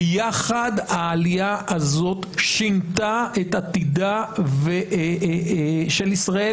ויחד הקהילה הזאת שינתה את עתידה של ישראל